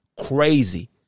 crazy